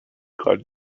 god